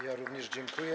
Ja również dziękuję.